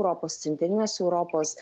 europos centrinės europos